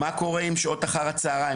מה קורה עם שעות אחר הצהריים?